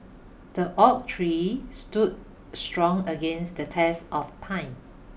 the oak tree stood strong against the test of time